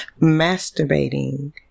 Masturbating